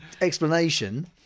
explanation